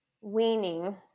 weaning